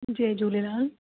Jay Jhulelal